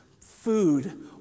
food